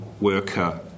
worker